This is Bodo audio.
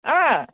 अ